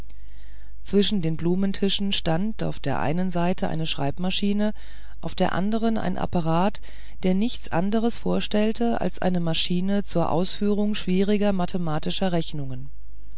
zwischen den blumentischen stand auf der einen seite eine schreibmaschine auf der andern ein apparat der nichts anderes vorstellte als eine maschine zur ausführung schwieriger mathematischer rechnungen